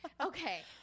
okay